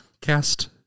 cast